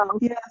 Yes